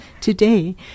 today